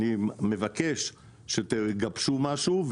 אני מבקש שתגבשו משהו,